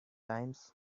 times